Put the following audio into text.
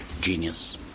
genius